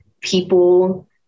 people